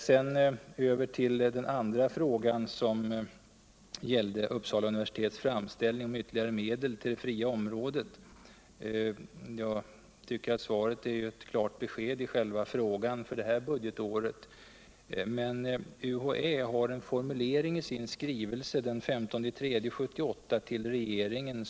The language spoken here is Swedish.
Sedan över till den andra frågan, som gillde Uppsala universitets framställning om vtterligare medel till det fria området. Jag tvcker att svaret ger klart besked när det gäller det här budgetåret, men jag vill gärna peka på en formulering i UHÄ:s skrivelse den 15 mars 1978 till regeringen.